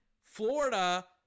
Florida